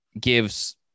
gives